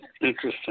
Interesting